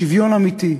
שוויון אמיתי.